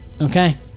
Okay